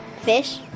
fish